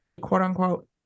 quote-unquote